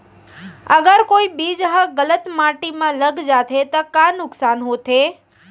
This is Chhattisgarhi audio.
अगर कोई बीज ह गलत माटी म लग जाथे त का नुकसान होथे?